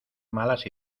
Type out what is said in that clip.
malas